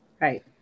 Right